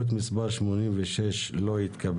ניר